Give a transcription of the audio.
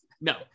No